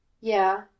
Yeah